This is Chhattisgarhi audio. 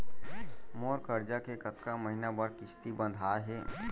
मोर करजा के कतका महीना बर किस्ती बंधाये हे?